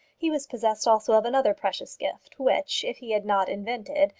he was possessed also of another precious gift which, if he had not invented,